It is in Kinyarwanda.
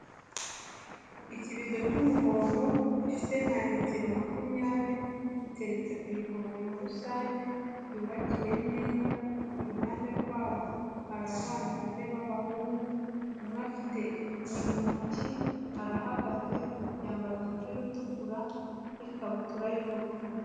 Ikibido cy'umuhondo gifite nka ritiro makumyabiri, giteretse ku ivomero rusange, ryubakiye neza, iruhande rwaho hari abana bane b'abahungu, umwe afite inkoni mu ntoki, arahagaze, yambaye umupira utukura n'ikabutura y'ubururu.